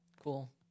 Cool